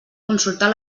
consultar